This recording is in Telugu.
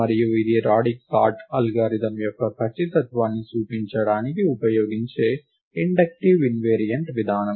మరియు ఇది రాడిక్స్ సార్ట్ అల్గోరిథం యొక్క ఖచ్చితత్వాన్ని చూపించడానికి ఉపయోగించబడే ఇండక్టివ్ ఇన్ వేరియంట్ విధానం